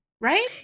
right